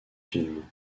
films